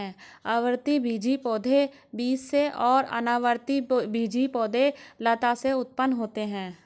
आवृतबीजी पौधे बीज से और अनावृतबीजी पौधे लता से उत्पन्न होते है